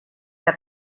que